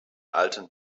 alten